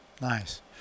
Nice